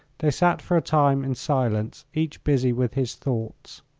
they sat for a time in silence, each busy with his thoughts.